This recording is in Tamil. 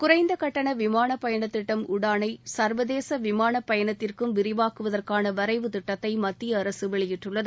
குறைந்த கட்டண விமானப்பயணத் திட்டம் உடானை சா்வதேச விமானப்பயணத்திற்கும் விரிவாக்குவதற்கான வரைவுத் திட்டத்தை மத்திய அரசு வெளியிட்டுள்ளது